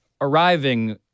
arriving